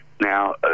now